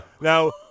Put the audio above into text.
Now